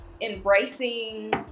embracing